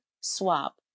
swap